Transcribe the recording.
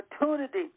opportunity